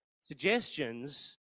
suggestions